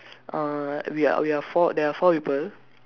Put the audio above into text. uh we are we are four there are four people